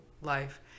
life